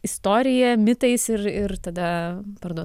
istorija mitais ir ir tada parduot